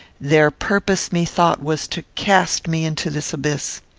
their purpose, methought, was to cast me into this abyss.